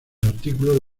artículos